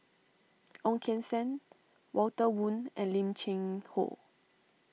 Ong Keng Sen Walter Woon and Lim Cheng Hoe